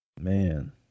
Man